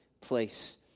place